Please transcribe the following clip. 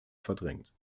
verdrängt